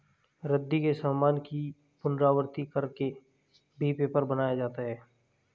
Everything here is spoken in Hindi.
रद्दी के सामान की पुनरावृति कर के भी पेपर बनाया जाता है